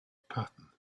pattern